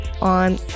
on